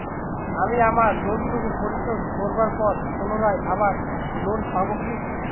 আমি আমার লোন টুকু পরিশোধ করবার পর পুনরায় আবার ঋণ পাবো কি?